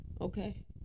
Okay